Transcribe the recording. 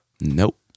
Nope